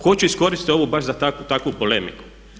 Hoću iskoristiti ovo baš za takvu polemiku.